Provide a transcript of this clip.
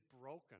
broken